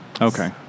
okay